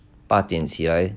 八点起来